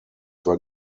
were